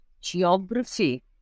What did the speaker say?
geography